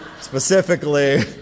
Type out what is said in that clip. specifically